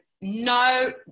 no